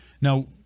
Now